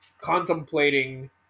contemplating